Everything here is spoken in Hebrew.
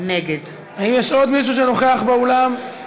האם יש עוד מישהו שנוכח באולם?